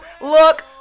look